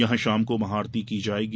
यहां शाम को महाआरती की जायेगी